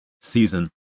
season